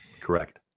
Correct